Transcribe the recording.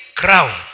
crown